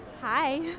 Hi